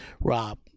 Rob